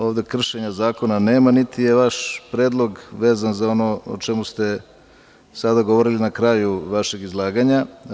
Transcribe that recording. Ovde nema kršenja zakona, niti je vaš predlog vezan za ono o čemu ste sada govorili na kraju vašeg izlaganja.